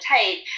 tape